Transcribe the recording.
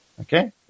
Okay